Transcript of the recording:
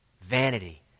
vanity